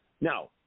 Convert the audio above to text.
now